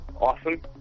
awesome